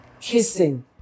kissing